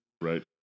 Right